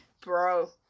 bro